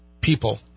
people